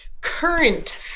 current